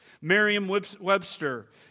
Merriam-Webster